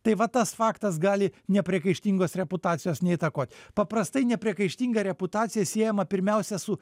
tai va tas faktas gali nepriekaištingos reputacijos neįtakoti paprastai nepriekaištinga reputacija siejama pirmiausia su